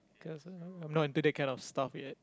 cause I I'm not into that kind of stuff yet